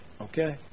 okay